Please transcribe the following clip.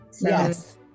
yes